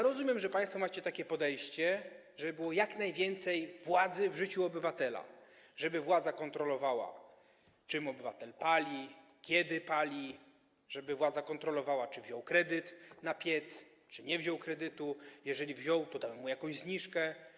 Rozumiem, że państwo macie takie podejście, żeby było jak najwięcej władzy w życiu obywatela, żeby władza kontrolowała, czym obywatel pali, kiedy pali, żeby władza kontrolowała, czy wziął kredyt na piec, czy nie wziął kredytu, a jeżeli wziął, to czy dano mu jakąś zniżkę.